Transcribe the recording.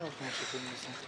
מס'